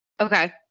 Okay